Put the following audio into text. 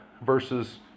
versus